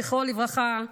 זכרו לברכה,